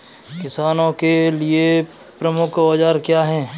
किसानों के लिए प्रमुख औजार क्या हैं?